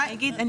עם